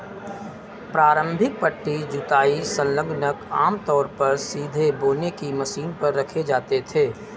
प्रारंभिक पट्टी जुताई संलग्नक आमतौर पर सीधे बोने की मशीन पर रखे जाते थे